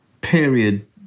period